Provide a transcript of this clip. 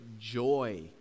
joy